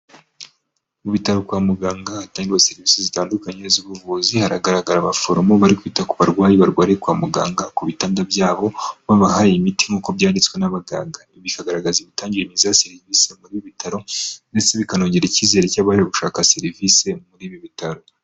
Mu bitaro kwa muganga hatangirwa serivisi zitandukanye z'ubuvuzi haragaragara abaforomo bari kwita ku barwayi barwariye kwa muganga ku bitanda byabo babaha imiti nkuko byanditswe n'abaganga ibi bikagaragaza imitangire myiza ya serivisi muri ibi bitaro ndetse bikongerera icyizere cy'abari gushaka serivisi muri ibi bitaro.